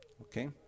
Okay